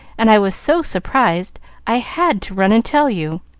and i was so surprised i had to run and tell you.